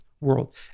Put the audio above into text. world